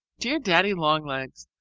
dear daddy-long-legs,